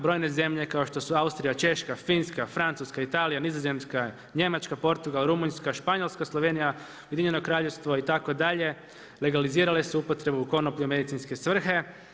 Brojne zemlje kao što su Austrija, Češka, Finska, Francuska, Italija, Nizozemska, Njemačka, Portugal, Rumunjska, Španjolska, Slovenija, Ujedinjeno Kraljevstvo itd. legalizirale su upotrebu konoplje u medicinske svrhe.